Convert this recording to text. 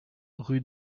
rue